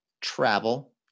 travel